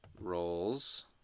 rolls